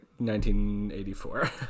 1984